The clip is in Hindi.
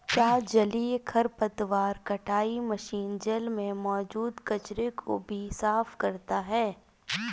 क्या जलीय खरपतवार कटाई मशीन जल में मौजूद कचरे को भी साफ करता है?